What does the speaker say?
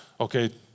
Okay